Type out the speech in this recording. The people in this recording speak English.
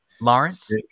Lawrence